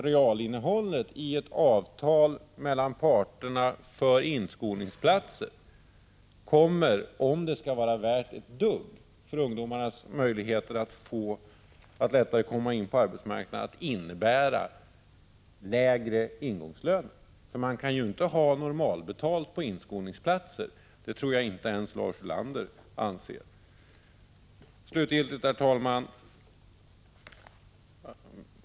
Realinnehållet i det avtal som parter träffar och som gäller inskolningsplatser kommer ju — om avtalet skall vara värt någonting när det gäller ungdomarnas möjligheter att lättare komma in på arbetsmarknaden — att innebära lägre ingångslöner. Man kan ju inte tänka sig normallön i fråga om inskolningsplatserna. Inte ens Lars Ulander kan väl ha en annan åsikt. Slutligen, herr talman!